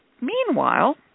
meanwhile